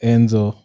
Enzo